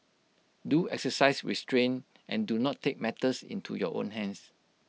do exercise restraint and do not take matters into your own hands